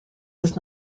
does